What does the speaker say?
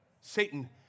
Satan